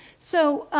so,